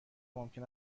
ممکن